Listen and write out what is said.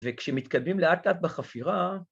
‫וכשמתקדמים לאט-אט בחפירה...